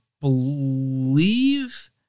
believe